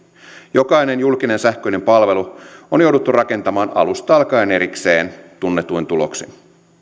jokainen julkinen sähköinen palvelu on jouduttu rakentamaan alusta alkaen erikseen tunnetuin tuloksin